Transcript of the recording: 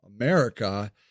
America